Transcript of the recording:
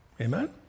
Amen